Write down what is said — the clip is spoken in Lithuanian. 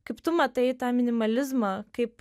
kaip tu matai tą minimalizmą kaip